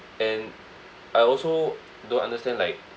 and I also don't understand like